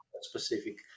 specific